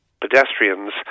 pedestrians